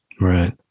right